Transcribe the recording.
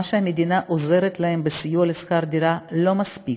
מה שהמדינה עוזרת להם בסיוע בשכר דירה לא מספיק.